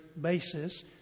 basis